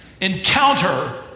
Encounter